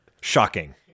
Shocking